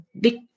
big